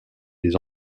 des